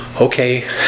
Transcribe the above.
okay